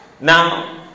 Now